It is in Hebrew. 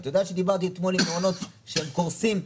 אתה יודע שדיברתי אתמול עם מעונות שהם קורסים?